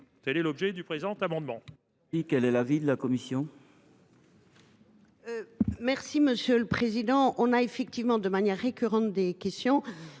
Tel est l’objet de cet amendement.